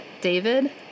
David